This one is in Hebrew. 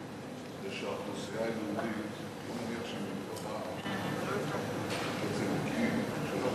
פירוש הדבר שאנחנו עומדים במקום,